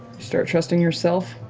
start trusting yourself.